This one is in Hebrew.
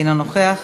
אינו נוכח.